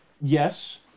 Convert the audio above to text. Yes